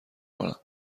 کنم